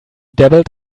dabbled